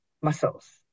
muscles